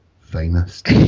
finest